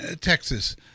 Texas